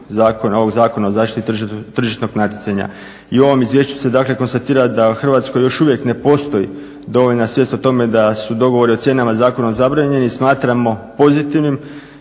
Zakona o zaštiti tržišnog natjecanja. I u ovom Izvješću se, dakle konstatira da u Hrvatskoj još uvijek ne postoji dovoljna svijest o tome da su dogovori o cijenama zakonom zabranjeni. Smatramo pozitivnim